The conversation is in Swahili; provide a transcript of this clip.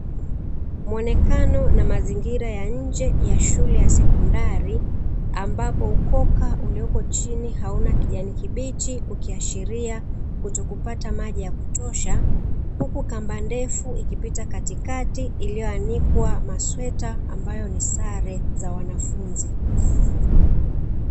Muonekano na mazingira ya nje ya shule ya sekondari ambapo ukoka uliopo chini hauna kijani kibichi ukiashiria kutokupata maji ya kutosha, huku kwamba ndefu ikipita katikati iliyoanikwa masweta ambayo ni sare za wanafunzi.